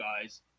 guys